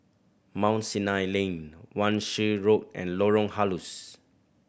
Mount Sinai Lane Wan Shih Road and Lorong Halus